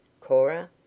Cora